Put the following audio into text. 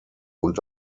und